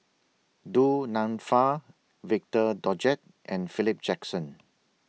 Du Nanfa Victor Doggett and Philip Jackson